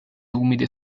umide